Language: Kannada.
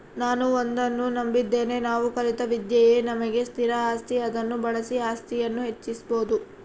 ನಾನು ಒಂದನ್ನು ನಂಬಿದ್ದೇನೆ ನಾವು ಕಲಿತ ವಿದ್ಯೆಯೇ ನಮಗೆ ಸ್ಥಿರ ಆಸ್ತಿ ಅದನ್ನು ಬಳಸಿ ಆಸ್ತಿಯನ್ನು ಹೆಚ್ಚಿಸ್ಬೋದು